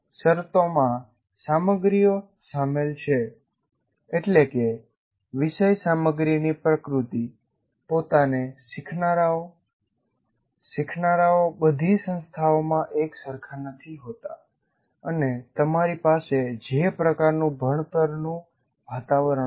શરતોમાં સામગ્રી શામેલ છે એટલે કે વિષય સામગ્રીની પ્રકૃતિ પોતાને શીખનારાઓ શીખનારાઓ બધી સંસ્થાઓમાં એકસરખા નથી હોતા અને તમારી પાસે જે પ્રકારનું ભણતરનું વાતાવરણ છે